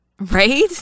Right